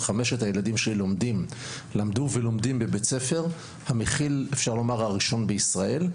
חמשת הילדים שלי למדו ולומדים בבית ספר המכיל הראשון בישראל,